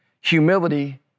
humility